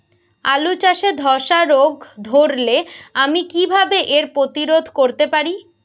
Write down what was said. আলু চাষে ধসা রোগ ধরলে আমি কীভাবে এর প্রতিরোধ করতে পারি?